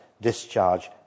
discharge